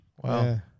Wow